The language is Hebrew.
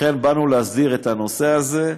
לכן באנו להסדיר את הנושא הזה.